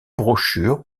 brochures